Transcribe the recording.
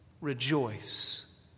rejoice